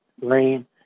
rain